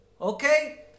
Okay